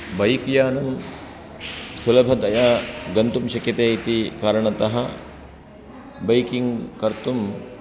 bike यानं सुलभतया गन्तुं शक्यते इति कारणतः बैकिङ्ग् कर्तुं